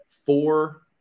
Four